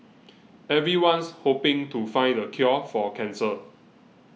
everyone's hoping to find the cure for cancer